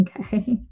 okay